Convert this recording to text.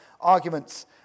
arguments